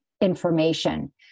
information